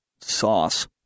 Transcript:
sauce